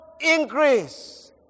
increase